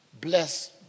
Bless